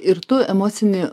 ir tu emocinį